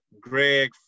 Greg